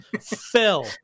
Phil